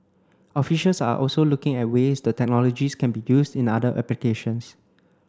officials are also looking at ways the technologies can be used in other applications